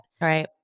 Right